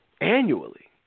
annually